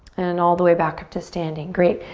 and all the way back to standing. great,